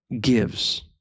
gives